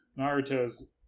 Naruto's